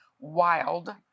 wild